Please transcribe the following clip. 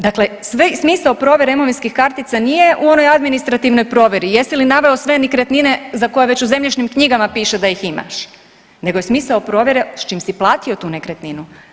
Dakle, smisao provjere imovinskih kartica nije u onoj administrativnoj provjeri jesi li naveo sve nekretnine za koje već u zemljišnim knjigama piše da ih imaš, nego je smisao provjere s čim si platio tu nekretninu.